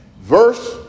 verse